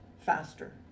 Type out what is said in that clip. faster